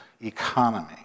economy